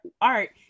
art